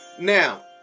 Now